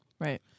Right